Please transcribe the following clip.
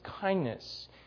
kindness